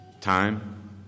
Time